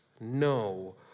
no